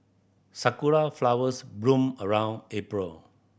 sakura flowers bloom around April